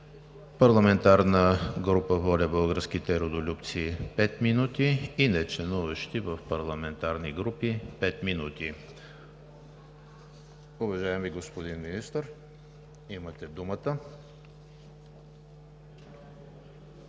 парламентарна група „ВОЛЯ – Българските Родолюбци“ – 5 минути, и Нечленуващи в парламентарни групи – 5 минути. Уважаеми господин Министър, имате думата.